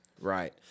right